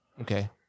Okay